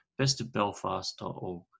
bestofbelfast.org